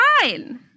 fine